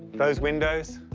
those windows.